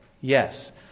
Yes